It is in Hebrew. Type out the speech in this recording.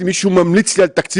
אלה שיעורים של אחד על אחד.